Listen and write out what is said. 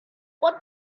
what